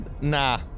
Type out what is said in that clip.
Nah